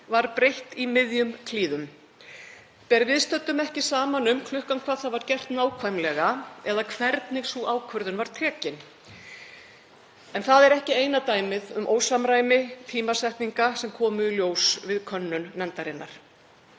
var breytt í miðjum klíðum. Ber viðstöddum ekki saman um klukkan hvað nákvæmlega það var gert eða hvernig sú ákvörðun var tekin. En það er ekki eina dæmið um ósamræmi tímasetninga sem kom í ljós við könnun nefndarinnar.